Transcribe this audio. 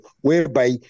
whereby